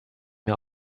mir